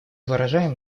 выражаем